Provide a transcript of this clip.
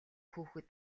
хүүхэд